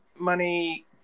money